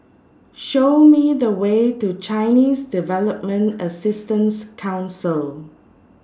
Show Me The Way to Chinese Development Assistance Council